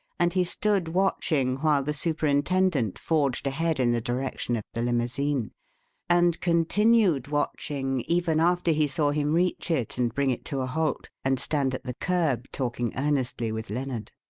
and he stood watching while the superintendent forged ahead in the direction of the limousine and continued watching even after he saw him reach it and bring it to a halt and stand at the kerb talking earnestly with lennard.